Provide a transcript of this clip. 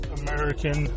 american